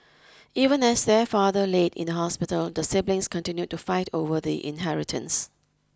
even as their father laid in the hospital the siblings continued to fight over the inheritance